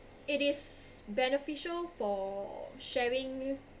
it is beneficial for sharing